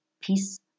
peace